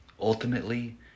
ultimately